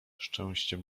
szczęściem